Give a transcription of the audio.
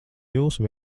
jūsu